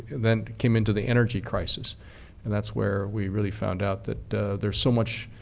then came into the energy crisis and that's where we really found out that there's so much